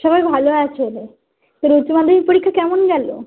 সবাই ভালো আছে রে তোর উচ্চ মাধ্যমিক পরীক্ষা কেমন গেলো